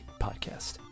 Podcast